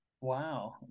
wow